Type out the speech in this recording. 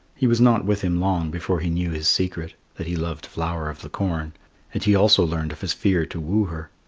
he was not with him long before he knew his secret, that he loved flower of the corn and he also learned of his fear to woo her.